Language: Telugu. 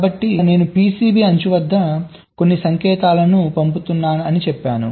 కాబట్టి ఇక్కడ నేను PCB అంచు వద్ద కొన్ని సంకేతాలను పంపుతున్నాను అని చెప్పాను